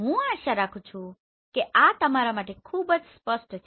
હું આશા રાખું છું કે આ તમારા માટે ખૂબ સ્પષ્ટ છે